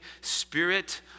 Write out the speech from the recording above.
Spirit